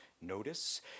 Notice